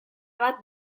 bat